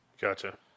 Gotcha